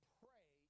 pray